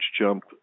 jump